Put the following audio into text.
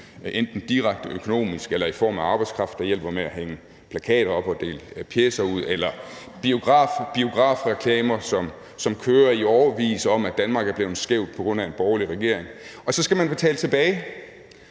enten direkte økonomisk eller i form af arbejdskraft, der hjælper med at hænge plakater op og dele pjecer ud, eller biografreklamer, som kører i årevis, om, at Danmark er blevet skævt på grund af en borgerlig regering. Og så skal man betale tilbage,